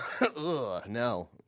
no